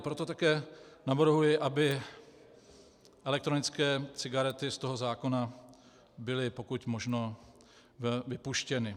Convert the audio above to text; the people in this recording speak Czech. Proto také navrhuji, aby elektronické cigarety z toho zákona byly pokud možno vypuštěny.